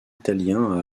italien